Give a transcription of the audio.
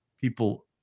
people